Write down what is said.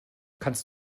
kannst